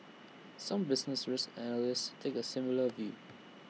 some business risk analysts take A similar view